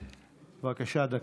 בבקשה, דקה.